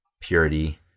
purity